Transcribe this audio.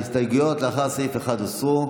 ההסתייגויות לאחר סעיף 1 הוסרו.